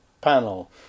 panel